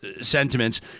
sentiments